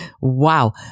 Wow